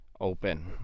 open